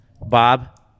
Bob